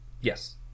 Yes